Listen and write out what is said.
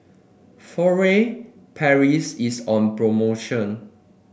Furtere Paris is on promotion